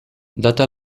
data